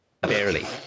Barely